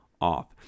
off